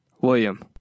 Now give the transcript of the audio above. William